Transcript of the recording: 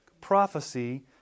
prophecy